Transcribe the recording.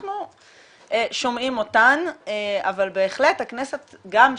--- ואנחנו שומעים אותן, אבל בהחלט הכנסת גם שם,